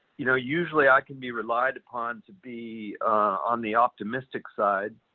you know usually, i can be relied upon to be on the optimistic side.